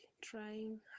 trying